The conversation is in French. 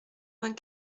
vingt